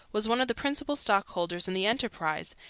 was one of the principal stockholders in the enterprise,